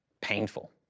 painful